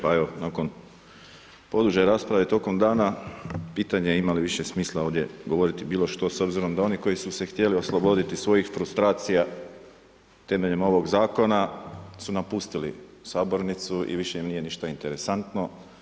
Pa evo nakon poduže rasprave tokom dana, pitanje ima li više smisla govoriti ovdje bilo što s obzirom da oni koji su se htjeli osloboditi svojih frustracija temeljem ovog zakona su napustili sabornicu i više im nije ništa interesantno.